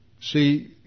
See